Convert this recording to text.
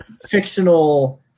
fictional